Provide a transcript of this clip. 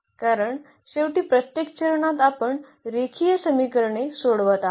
कारण शेवटी प्रत्येक चरणात आपण रेखीय समीकरणे सोडवत आहोत